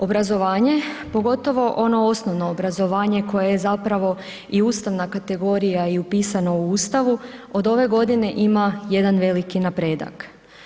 Obrazovanje, pogotovo ono osnovno obrazovanje koje je zapravo i ustavna kategorija i upisana u Ustavu od ove godine ima jedan veliki napredak.